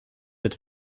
het